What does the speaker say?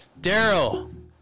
Daryl